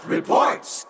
Reports